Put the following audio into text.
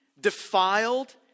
defiled